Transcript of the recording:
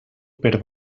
per